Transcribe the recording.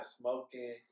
smoking